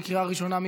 בקריאה ראשונה.